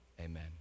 amen